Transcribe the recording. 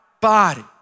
body